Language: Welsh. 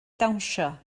dawnsio